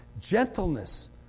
gentleness